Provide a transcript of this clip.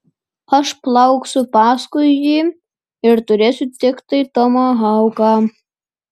aš plauksiu paskui jį ir turėsiu tiktai tomahauką